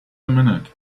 minute